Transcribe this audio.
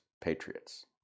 patriots